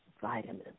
vitamins